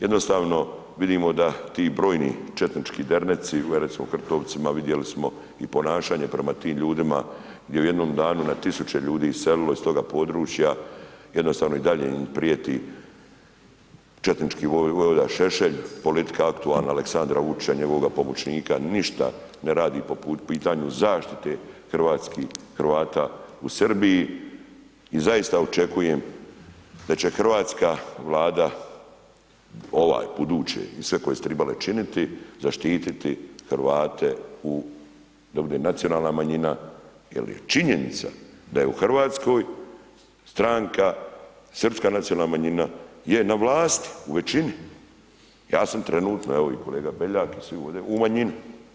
Jednostavno vidimo da ti brojni četnički derneci, recimo u Krtovcima, vidjeli smo i ponašanje prema tim ljudima gdje u jednom danu na tisuće ljudi je iselilo iz toga područja, jednostavno i dalje im prijeti četnički vojvoda Šešelj, politika aktualna Aleksandra Vučića i njegova pomoćnika ništa ne radi po pitanju zaštite hrvatskih, Hrvata u Srbiji i zaista očekujem da će hrvatska Vlada, ova i buduće i sve koje su tribale činiti, zaštititi Hrvate u, da bude nacionalna manjina jel je činjenica da je u RH Stranka srpska nacionalna manjina je na vlasti u većini, ja sam trenutno, evo i kolega Beljak i svi ovdje, u manjini.